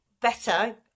better